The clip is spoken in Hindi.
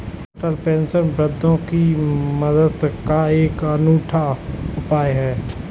अटल पेंशन योजना वृद्धों की मदद का एक अनूठा उपाय है